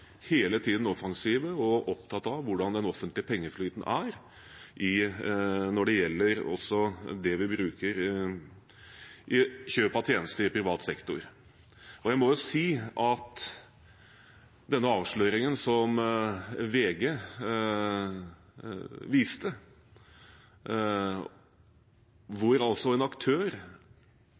hele tiden er offensive og opptatt av hvordan den offentlige pengeflyten er når det gjelder det vi bruker til kjøp av tjenester i privat sektor. Jeg må si at etter avsløringen som VG hadde, av en aktør